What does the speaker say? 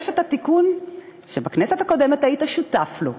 יש התיקון שבכנסת הקודמת היית שותף לו,